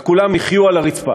רק כולם יחיו על הרצפה.